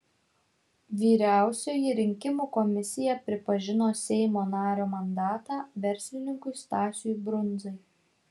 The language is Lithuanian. vyriausioji rinkimų komisija pripažino seimo nario mandatą verslininkui stasiui brundzai